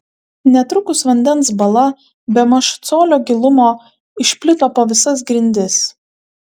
netrukus vandens bala bemaž colio gilumo išplito po visas grindis